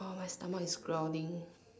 oh my stomach is growling